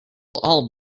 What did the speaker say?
all